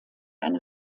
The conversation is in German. eine